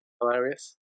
Hilarious